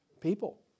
people